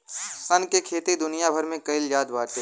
सन के खेती दुनिया भर में कईल जात बाटे